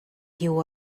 you